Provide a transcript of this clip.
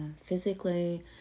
physically